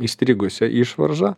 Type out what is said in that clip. įstrigusia išvarža